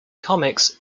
comics